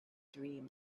dream